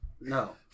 No